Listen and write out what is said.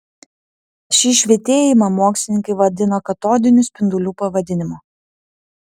šį švytėjimą mokslininkai vadino katodinių spindulių pavadinimu